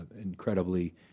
incredibly